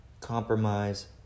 compromise